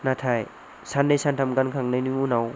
नाथाय साननै सानथाम गानखांनायनि उनाव